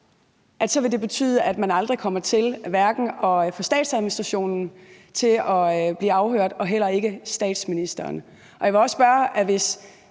at så vil det betyde, at man aldrig kommer til at få statsadministrationen til at blive afhørt og heller ikke statsministeren? Jeg vil også spørge om